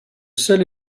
seul